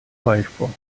firefox